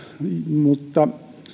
mutta